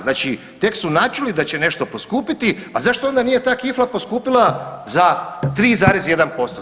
Znači tek su načuli da će nešto poskupiti, a zašto onda nije ta kifla poskupila za 3,1%